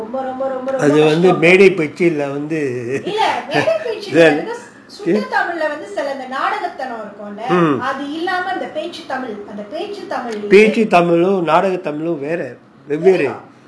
ரொம்பரொம்பரொம்பகஷ்டம்:romba romba romba kastam mm இல்லமேடைப்பேச்சுனுஇல்லசுத்ததமிழ்லவந்துநாடகத்தன்மைஇருக்கும்லஅந்தபேச்சுதமிழ்தெரியும்:illa medaipechunu illa sutha tamilla vandhu nadakathanma irukumla andha pechu tamil therium